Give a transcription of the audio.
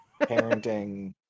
Parenting